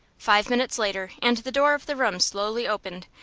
five minutes later and the door of the room slowly opened,